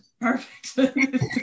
perfect